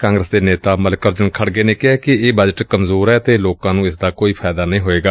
ਕਾਂਗਰਸ ਦੇ ਨੇਤਾ ਮਲਿਕ ਅਰਜ਼ਨ ਖੜਗੇ ਨੇ ਕਿਹੈ ਕਿ ਇਹ ਬਜਟ ਕਮਜ਼ੋਰ ਏ ਅਤੇ ਲੋਕਾਂ ਨੂੰ ਇਸ ਦਾ ਕੋਈ ਫਾਇਦਾ ਨਹੀਂ ਹੋਵੇਗਾ